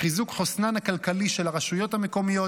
חיזוק חוסנן הכלכלי של הרשויות המקומיות,